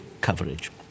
coverage